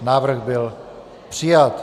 Návrh byl přijat.